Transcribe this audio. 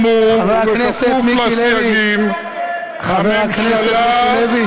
בהתאם לאמור, וכפוף לסייגים, חבר הכנסת מיקי לוי.